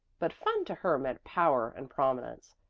but fun to her meant power and prominence.